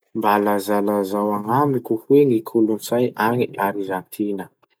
Mba lazalazao agnamiko hoe ny kolotsay agny Arzantina?